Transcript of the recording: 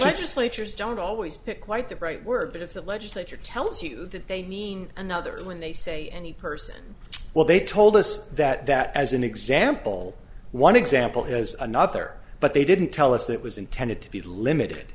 chairs don't always pick quite the right word but if the legislature tells you that they mean another when they say any person well they told us that that as an example one example has another but they didn't tell us that was intended to be limited